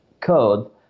code